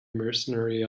mercenary